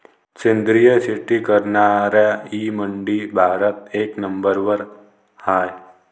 सेंद्रिय शेती करनाऱ्याईमंधी भारत एक नंबरवर हाय